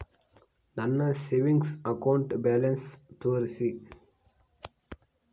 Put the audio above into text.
ನನ್ನ savings account balance ತೋರಿಸಿ?